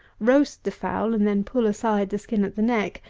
roast the fowl, and then pull aside the skin at the neck,